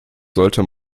sollte